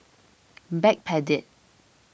Backpedic